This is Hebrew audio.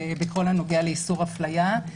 בכל הנוגע לאיסור הפליה,